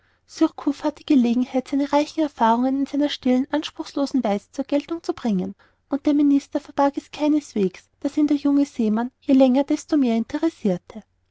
hatte gelegenheit seine reichen erfahrungen in seiner stillen anspruchslosen weise zur geltung zu bringen und der minister verbarg es keineswegs daß ihn der junge seemann je länger desto mehr interessirte